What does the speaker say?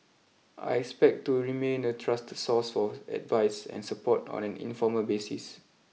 I expect to remain a trusted source for advice and support on an informal basis